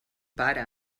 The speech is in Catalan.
pare